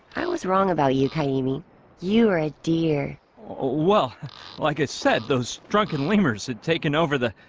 i was wrong about you pay me you're a dear. oh well like i said those drunken lemurs had taken over the